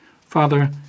Father